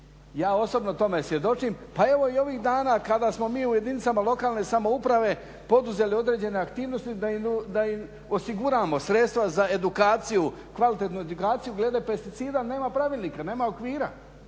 Ja osobno tome svjedočim, pa evo i ovih dana kada smo mi u jedinicama lokalne samouprave poduzeli određene aktivnosti da im osiguramo sredstva za edukaciju, kvalitetnu edukaciju glede pesticida jer nema pravilnika, nema okvira.